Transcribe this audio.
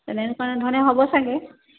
তেনেকুৱা ধৰণে হ'ব চাগে